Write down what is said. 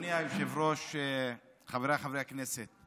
אדוני היושב-ראש, חבריי חברי הכנסת,